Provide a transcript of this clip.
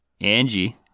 Angie